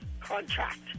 contract